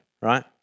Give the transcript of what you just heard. right